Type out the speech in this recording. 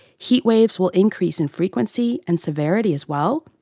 heat waves will increase in frequency and severity as well,